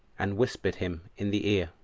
and whispered him in the ear,